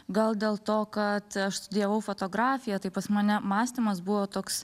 gal dėl to kad aš studijavau fotografiją tai pas mane mąstymas buvo toks